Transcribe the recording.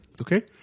Okay